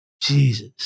Jesus